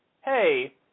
hey –